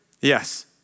Yes